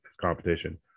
competition